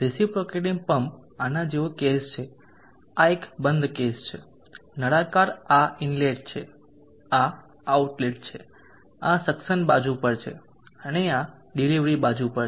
reciprocating pump આના જેવો case છે આ એક બંધ કેસ છે નળાકાર આ ઇનલેટ છે અને આ આઉટલેટ છે આ સક્શન બાજુ પર છે અને આ ડિલિવરી બાજુ છે